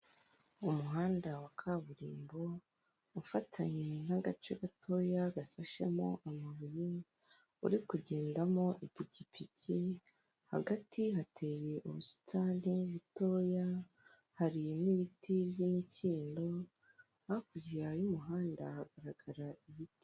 Umuhanda wa kaburimbo ufatanye nk'agace gatoya gashashemo amabuye, uri kugendamo ipikipiki, hagati hateye ubusitani butoya, hari n'ibiti by'imikindo, hakurya y'umuhanda hagaragara ibiti.